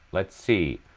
let's see